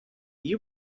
you